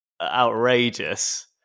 outrageous